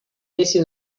necio